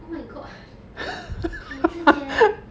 oh my god 你之前